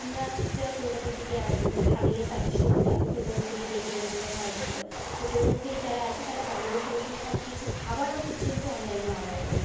আমরা যারা কলকাতার দিকে থাকলে তাদের সুবিধা হয় কলকাতার দিকে ডেলিভারিগুলো হয় ভালো তো কলকাতার দিকে যারা আছে তারা বাড়ি বসে বসেই সব কিছু খাবারও পর্যন্ত অনলাইনে অর্ডার করে